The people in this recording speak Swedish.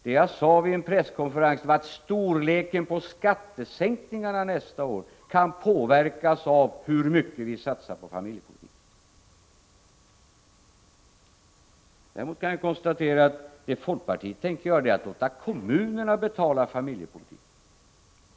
Det jag sade vid en presskonferens var att storleken på skattesänkningarna nästa år kan påverkas av hur mycket vi satsar på familjepolitiken. Vad folkpartiet däremot tänker göra är att låta kommunerna betala familjepolitiken.